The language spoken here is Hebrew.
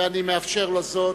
ואני מאפשר לו זאת.